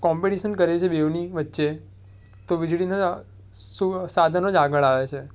competition કરીએ છીએ બેઉની વચ્ચે તો વીજળીના જ સુ સાધનો જ આગળ આવે છે